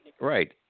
Right